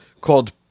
called